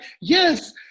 yes